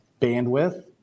bandwidth